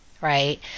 right